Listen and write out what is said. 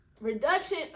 reduction